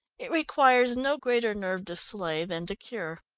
it requires no greater nerve to slay than to cure.